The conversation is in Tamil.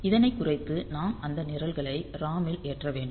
இதனை குறைத்து நாம் அந்த நிரல்களை ROM இல் ஏற்ற வேண்டும்